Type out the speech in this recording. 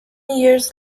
years